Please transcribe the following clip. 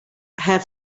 have